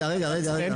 אני היושב-ראש הארצי.